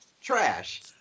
Trash